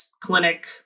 clinic